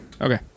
Okay